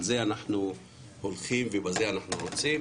על זה אנחנו הולכים, בזה אנחנו רוצים